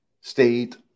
state